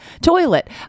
toilet